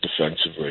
defensively